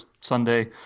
Sunday